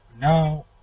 now